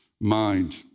mind